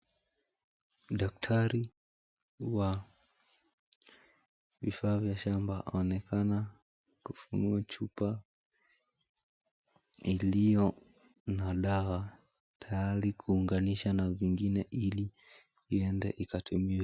Daktari wa vifaa vya shamba anaonekana kufunua chupa, iliyo na dawa tayari kuunganisha na lingine ili iende ikatumiwe.